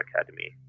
Academy